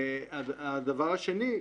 הדבר השני,